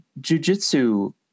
jujitsu